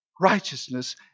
righteousness